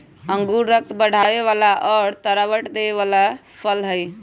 अंगूर रक्त बढ़ावे वाला और तरावट देवे वाला फल हई